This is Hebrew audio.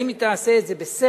האם היא תעשה את זה בשכל,